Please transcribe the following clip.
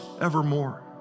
evermore